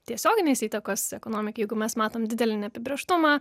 tiesioginės įtakos ekonomikai jeigu mes matom didelį neapibrėžtumą